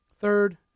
Third